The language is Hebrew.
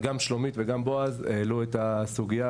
אבל גם שלומית וגם בועז העלו את הסוגייה